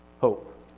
Hope